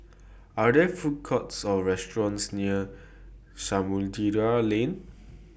Are There Food Courts Or restaurants near Samudera Lane